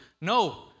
No